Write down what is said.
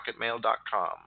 rocketmail.com